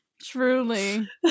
truly